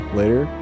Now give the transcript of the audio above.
later